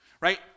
right